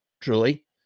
truly